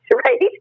right